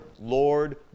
Lord